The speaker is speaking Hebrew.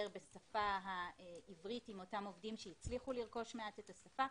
בשפה העברית עם אותם עובדים שהצליחו לרכוש מעט את השפה.